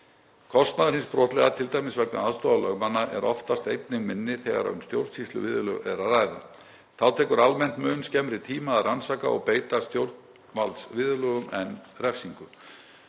Kostnaður hins brotlega, t.d. vegna aðstoðar lögmanna, er oftast einnig minni þegar um stjórnsýsluviðurlög er að ræða. Þá tekur almennt mun skemmri tíma að rannsaka og beita stjórnvaldsviðurlögum en refsingum.